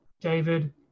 David